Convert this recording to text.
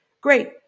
Great